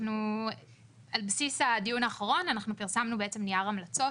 על בסיס הדיון האחרון, אנחנו פרסמנו נייר המלצות,